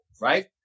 right